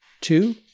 Two